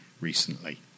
recently